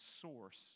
source